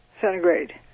centigrade